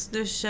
Dus